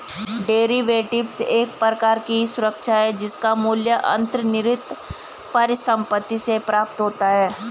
derivatives एक प्रकार की सुरक्षा है जिसका मूल्य अंतर्निहित परिसंपत्ति से प्राप्त होता है